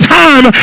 time